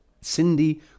Cindy